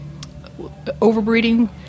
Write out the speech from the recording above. overbreeding